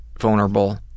vulnerable